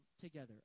together